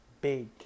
Big